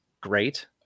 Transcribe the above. great